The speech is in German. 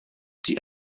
die